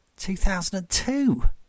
2002